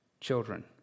children